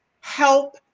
help